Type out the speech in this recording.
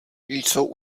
jsou